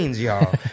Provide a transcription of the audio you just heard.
y'all